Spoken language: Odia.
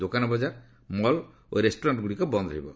ଦୋକାନ ବଳାର ମଲ୍ ଓ ରେଷ୍ଟୁରାଣ୍ଟଗୁଡ଼ିକ ବନ୍ଦ୍ ରହିବ